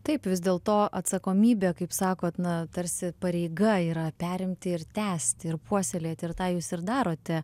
taip vis dėl to atsakomybė kaip sakot na tarsi pareiga yra perimti ir tęsti ir puoselėti ir tai jūs ir darote